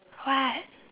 what